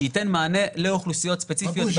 שייתן מענה לאוכלוסיות ספציפיות.